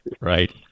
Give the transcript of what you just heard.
Right